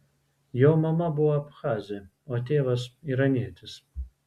jo mama buvo abchazė o tėvas iranietis